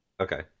okay